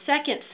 second